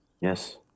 Yes